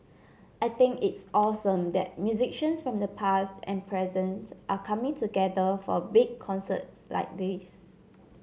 I think it's awesome that musicians from the past and present are coming together for a big concert like this